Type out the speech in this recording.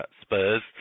Spurs